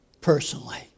personally